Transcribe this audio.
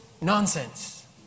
nonsense